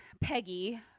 Peggy